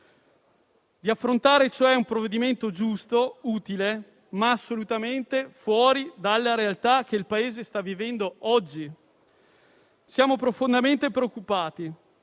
di esaminare un provvedimento giusto, utile, ma assolutamente fuori dalla realtà che il Paese sta vivendo oggi. Siamo profondamente preoccupati